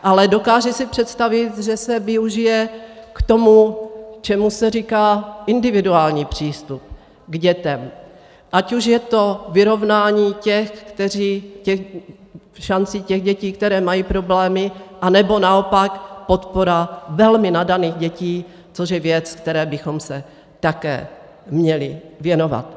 Ale dokážu si představit, že se využije k tomu, čemu se říká individuální přístup k dětem, ať už je to vyrovnání šancí těch dětí, které mají problémy, nebo naopak podpora velmi nadaných dětí, což je věc, které bychom se také měli věnovat.